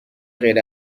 غیر